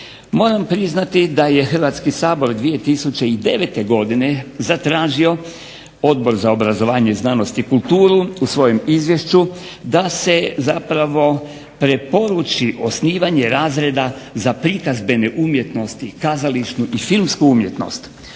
Moram priznati da je Hrvatski sabor 2009. godine zatražio Odbor za obrazovanje, znanost i kulturu u svojem izvješću da se zapravo preporuči osnivanje razreda za prikazdbene umjetnosti i kazališnu i filmsku umjetnost.